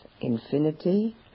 infinity